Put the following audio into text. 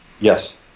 Yes